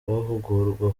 bahugurwa